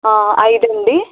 ఐదు అండి